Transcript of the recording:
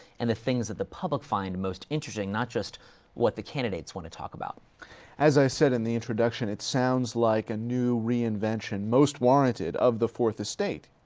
and the things that the public find most interesting, not just what the candidates want to talk about. heffner as i said in the introduction, it sounds like a new re-invention, most warranted, of the fourth estate.